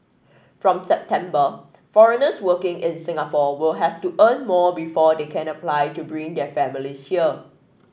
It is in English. from September foreigners working in Singapore will have to earn more before they can apply to bring their families here